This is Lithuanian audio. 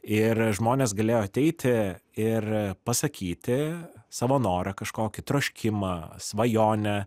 ir žmonės galėjo ateiti ir pasakyti savo norą kažkokį troškimą svajonę